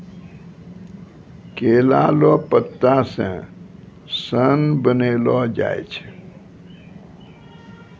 केला लो पत्ता से सन बनैलो जाय छै